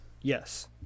Yes